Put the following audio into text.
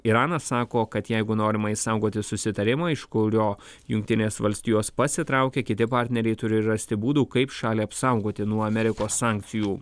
iranas sako kad jeigu norima išsaugoti susitarimą iš kurio jungtinės valstijos pasitraukė kiti partneriai turi rasti būdų kaip šalį apsaugoti nuo amerikos sankcijų